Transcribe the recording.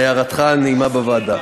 על הערתך הנעימה בוועדה.